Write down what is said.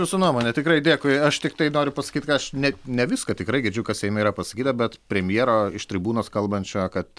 jūsų nuomonę tikrai dėkui aš tiktai noriu pasakyt ka aš ne ne viską tikrai girdžiu kas seime yra pasakyta bet premjero iš tribūnos kalbančio kad